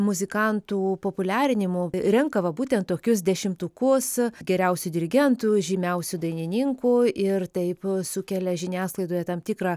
muzikantų populiarinimu renka va būtent tokius dešimtukus geriausių dirigentų žymiausių dainininkų ir taip sukelia žiniasklaidoje tam tikrą